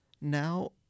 now